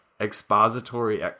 expository